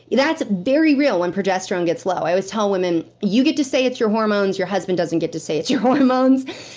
that's very real, when progesterone gets low. i always tell women, you get to say it's your hormones. your husband doesn't get to say it's your hormones.